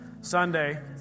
Sunday